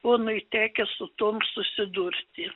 ponui tekę su tuom susidurti